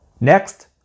Next